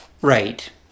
Right